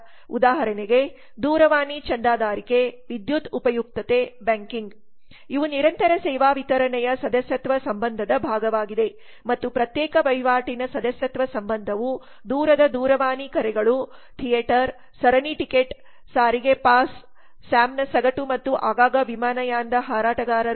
ಊದಾಹರಣೆಗೆ ದೂರವಾಣಿ ಚಂದಾದಾರಿಕೆ ವಿದ್ಯುತ್ ಉಪಯುಕ್ತತೆ ಬ್ಯಾಂಕಿಂಗ್ ಇವು ನಿರಂತರ ಸೇವಾ ವಿತರಣೆಯ ಸದಸ್ಯತ್ವ ಸಂಬಂಧದ ಭಾಗವಾಗಿದೆ ಮತ್ತು ಪ್ರತ್ಯೇಕ ವಹಿವಾಟಿನ ಸದಸ್ಯತ್ವ ಸಂಬಂಧವು ದೂರದ ದೂರವಾಣಿ ಕರೆಗಳು ಥಿಯೇಟರ್ ಸರಣಿ ಟಿಕೆಟ್ಗಳು ಸಾರಿಗೆ ಪಾಸ್ sam's ಸ್ಯಾಮ್ನ ಸಗಟು ಮತ್ತು ಆಗಾಗ್ಗೆ ವಿಮಾನಯಾನ ಹಾರಾಟಗಾರ